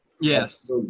Yes